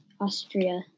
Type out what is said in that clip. Austria